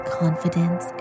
confidence